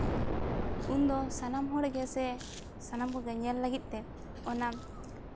ᱩᱱᱫᱚ ᱥᱟᱱᱟᱢ ᱦᱚᱲ ᱜᱮᱥᱮ ᱥᱟᱱᱟᱢ ᱠᱚᱜᱮ ᱧᱮᱞ ᱞᱟᱹᱜᱤᱫ ᱛᱮ ᱚᱱᱟ